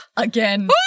again